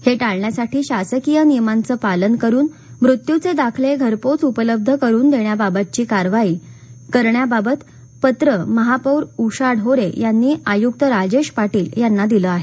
हे टाळण्यासाठी शासकीय नियमांचं पालन करून मृत्यूचे दाखले घरपोच उपलब्ध करून देण्याबाबतची कारवाई करण्याबाबतचं पत्र महापौर उषा ढोरे यांनी आयुक्त राजेश पाटील यांना दिलं आहे